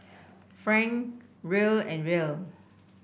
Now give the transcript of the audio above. franc Riel and Riel